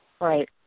Right